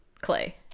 Clay